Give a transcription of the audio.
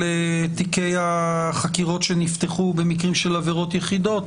של תיקי החקירות שנפתחו במקרים של עבירות יחידות.